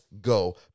go